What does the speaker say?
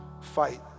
fight